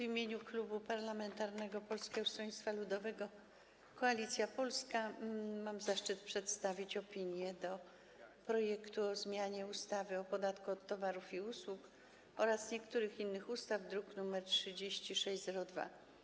W imieniu Klubu Parlamentarnego Polskie Stronnictwo Ludowe - Koalicja Polska mam zaszczyt przedstawić opinię wobec projektu ustawy o zmianie ustawy o podatku od towarów i usług oraz niektórych innych ustaw, druk nr 3602.